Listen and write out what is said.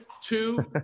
two